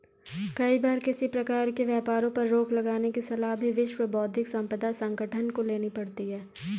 कई बार किसी प्रकार के व्यापारों पर रोक लगाने की सलाह भी विश्व बौद्धिक संपदा संगठन को लेनी पड़ती है